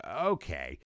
okay